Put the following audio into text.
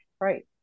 Right